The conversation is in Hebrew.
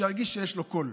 שירגיש שיש לו כול.